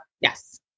Yes